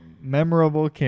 Memorable